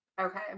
Okay